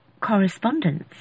correspondence